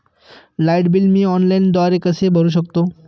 Light bill मी ऑनलाईनद्वारे कसे भरु शकतो?